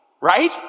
right